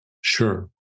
Sure